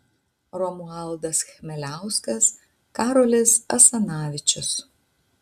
romualdas chmeliauskas karolis asanavičius